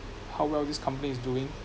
how well this company is doing